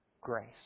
grace